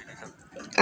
uh